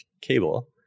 cable